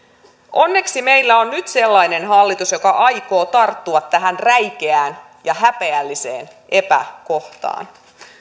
onneksi meillä on nyt sellainen hallitus joka aikoo tarttua tähän räikeään ja häpeälliseen epäkohtaan